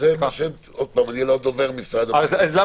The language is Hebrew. כרגע